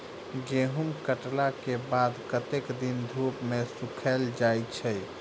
गहूम कटला केँ बाद कत्ते दिन धूप मे सूखैल जाय छै?